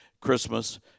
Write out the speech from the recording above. Christmas